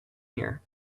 here